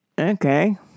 Okay